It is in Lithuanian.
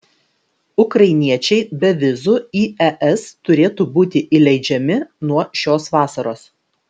ukrainiečiai be vizų į es turėtų būti įleidžiami nuo šios vasaros